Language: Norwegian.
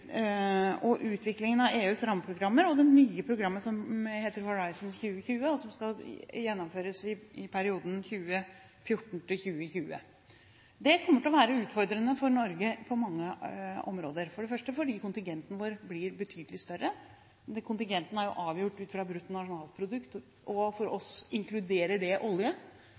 og utviklingen av EUs rammeprogrammer og det nye programmet, som heter Horizon 2020, og som skal gjennomføres i perioden 2014–2020. Det kommer til å være utfordrende for Norge på mange områder – for det første fordi kontingenten vår blir betydelig større. Kontingenten er jo avgjort ut fra bruttonasjonalprodukt, og for oss inkluderer det olje.